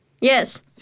Yes